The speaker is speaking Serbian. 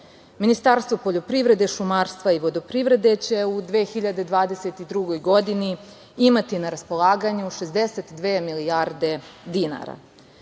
Ministarstvo poljoprivrede, šumarstva i vodoprivrede će u 2022. godini imati na raspolaganju 62 milijarde dinara.